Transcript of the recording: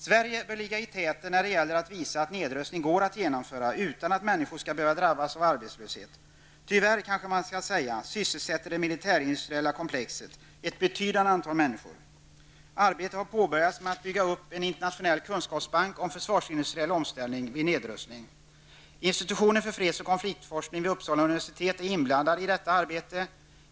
Sverige bör ligga i täten när det gäller att visa att nedrustning går att genomföra utan att människor för den skull behöver drabbas av arbetslöshet. Tyvärr, kanske man skall säga, sysselsätter det militärindustriella komplexet ett betydande antal människor. Man har påbörjat ett arbete med att bygga upp en internationell kunskapsbank beträffande försvarsindustriell omställning vid nedrustning. Institutionen för freds och konfliktforskning vid Uppsala universitet är inblandad i detta arbete.